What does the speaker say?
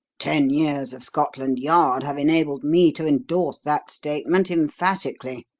ten years of scotland yard have enabled me to endorse that statement emphatically,